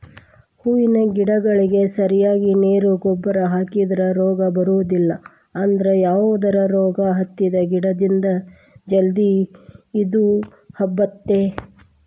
ಹೂವಿನ ಗಿಡಗಳಿಗೆ ಸರಿಯಾಗಿ ನೇರು ಗೊಬ್ಬರ ಹಾಕಿದ್ರ ರೋಗ ಬರೋದಿಲ್ಲ ಅದ್ರ ಯಾವದರ ರೋಗ ಹತ್ತಿದ ಗಿಡದಿಂದ ಜಲ್ದಿ ಇದು ಹಬ್ಬತೇತಿ